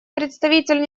представитель